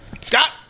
Scott